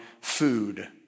food